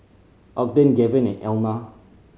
Ogden Gaven and Elna